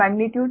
magnitude